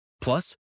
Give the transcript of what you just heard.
Plus